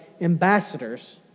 Ambassadors